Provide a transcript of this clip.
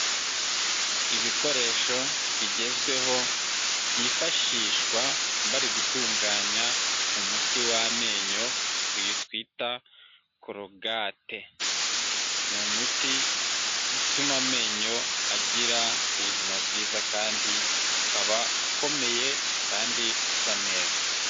Ibikoresho bigezweho byifashishwa bari gutunganya umuti w'amenyo, uyu twita korogate, ni umuti utuma amenyo agira ubuzima bwiza kandi akaba akomeye kandi asa neza.